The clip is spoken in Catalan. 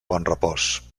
bonrepòs